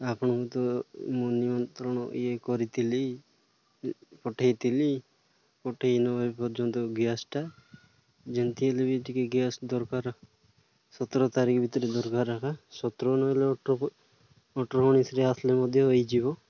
ଆପଣଙ୍କୁ ତ ମୁଁ ନିମନ୍ତ୍ରଣ ଇଏ କରିଥିଲି ପଠାଇଥିଲି ପଠେଇନ ଏ ପର୍ଯ୍ୟନ୍ତ ଗ୍ୟାସ୍ଟା ଯେମିତି ହେଲେ ବି ଟିକିଏ ଗ୍ୟାସ୍ ଦରକାର ସତର ତାରିଖ ଭିତରେ ଦରକାର ଏକା ସତର ନହେଲେ ଅଠର ଅଠର ଉଣେଇଶରେ ଆସିଲେ ମଧ୍ୟ ହୋଇଯିବ